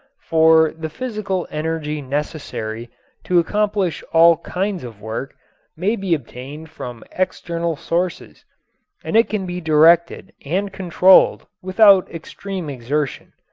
for the physical energy necessary to accomplish all kinds of work may be obtained from external sources and it can be directed and controlled without extreme exertion.